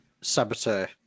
Saboteur